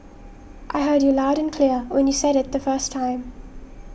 I heard you loud and clear when you said it the first time